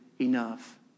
enough